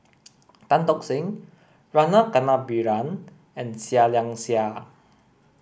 Tan Tock Seng Rama Kannabiran and Seah Liang Seah